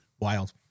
Wild